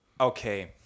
okay